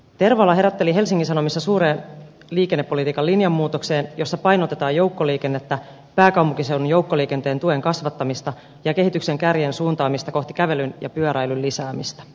tervala herätteli helsingin sanomissa suureen liikennepolitiikan linjanmuutokseen jossa painotetaan joukkoliikennettä pääkaupunkiseudun joukkoliikenteen tuen kasvattamista ja kehityksen kärjen suuntaamista kohti kävelyn ja pyöräilyn lisäämistä